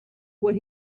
what